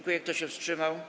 Kto się wstrzymał?